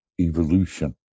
evolution